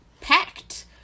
packed